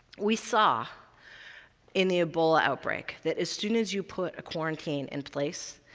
we saw in the ebola outbreak that as soon as you put a quarantine in place,